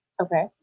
okay